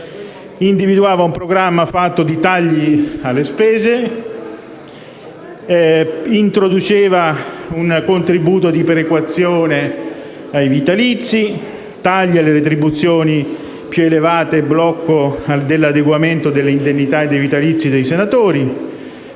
individuava un programma fatto di tagli alle spese ed introduceva un contributo di perequazione ai vitalizi, tagli alle retribuzioni più elevate, il blocco dell'adeguamento delle indennità e dei vitalizi dei senatori,